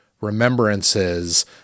remembrances